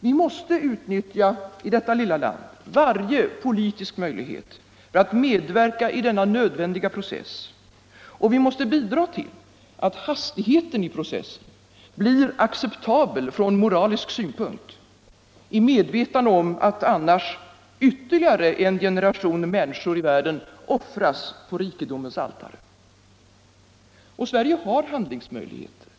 Vi måste, i vårt lilla land, utnyttja varje politisk möjlighet för att medverka i denna nödvändiga process, och vi måste bidra till att hastigheten i processen blir acceptabel från moralisk synpunkt, i medvetande om att annars ytterligare en generation människor i världen offras på rikedomens altare. Sverige har handlingsmöjligheter.